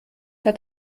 hat